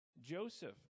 Joseph